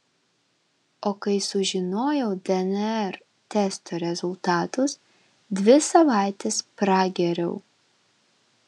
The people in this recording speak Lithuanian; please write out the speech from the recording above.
o kai sužinojau dnr testo rezultatus dvi savaites pragėriau